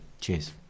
Cheers